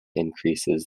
increases